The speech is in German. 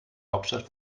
hauptstadt